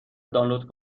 دانلود